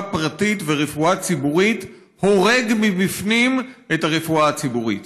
פרטית לרפואה ציבורית הורג מבפנים את הרפואה הציבורית.